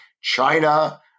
China